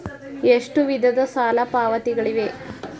ಎಷ್ಟು ವಿಧದ ಸಾಲ ಪಾವತಿಗಳಿವೆ?